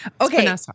Okay